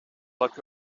luck